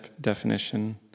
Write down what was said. definition